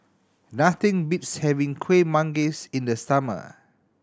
nothing beats having Kuih Manggis in the summer